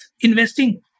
investing